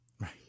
right